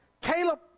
Caleb